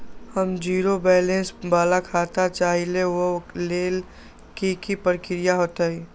हम zero balance वाला खाता चाहइले वो लेल की की प्रक्रिया होतई?